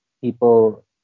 people